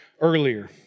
earlier